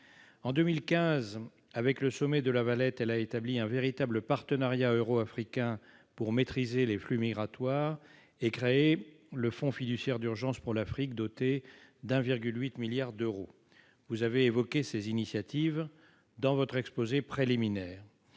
En 2015, avec le sommet de La Valette, elle a établi un véritable partenariat euro-africain pour maîtriser les flux migratoires et créé le Fonds fiduciaire d'urgence pour l'Afrique, doté de 1,8 milliard d'euros. Vous avez évoqué ces initiatives dans votre intervention liminaire,